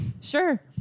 Sure